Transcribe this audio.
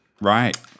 Right